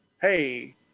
hey